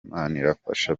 manirafasha